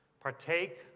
partake